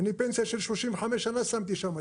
אני פנסיה של 35 שנה שמתי שמה,